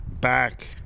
back